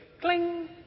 cling